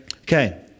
Okay